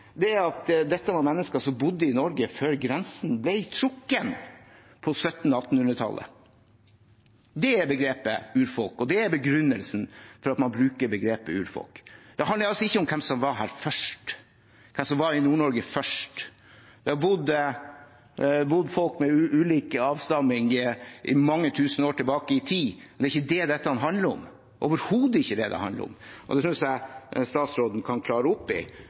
at dette var mennesker som bodde i Norge før grensen ble trukket på 1700–1800-tallet. Det er begrepet urfolk, og det er begrunnelsen for at man bruker begrepet urfolk. Det handler altså ikke om hvem som var i Nord-Norge først. Det har bodd folk av ulik avstamning der i mange tusen år tilbake i tid, men det er ikke det dette handler om – det er overhodet ikke det det handler om. Det synes jeg statsråden kan klare opp i,